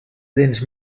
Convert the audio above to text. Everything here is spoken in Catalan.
dents